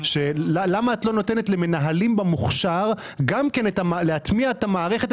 למה את לא נותנת למנהלים במוכש"ר גם כן להטמיע את המערכת?